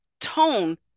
tone